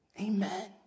Amen